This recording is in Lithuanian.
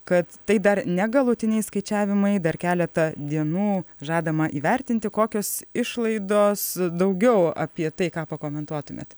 kad tai dar ne galutiniai skaičiavimai dar keleta dienų žadama įvertinti kokios išlaidos daugiau apie tai ką pakomentuotumėt